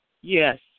Yes